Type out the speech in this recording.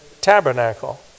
tabernacle